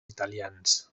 italians